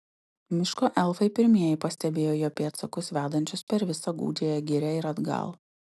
miško elfai pirmieji pastebėjo jo pėdsakus vedančius per visą gūdžiąją girią ir atgal